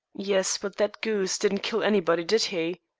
yes but that goose didn't kill anybody, did he?